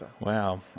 wow